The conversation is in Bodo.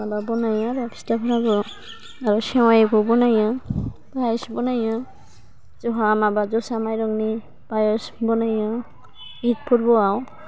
माबा बनायो आरो फिथाफ्राबो सेवायबो बनायो पायस बनायो जोंहा माबा जोसा माइरंनि पायस बनायो इद फोरबोआव